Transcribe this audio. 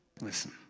Listen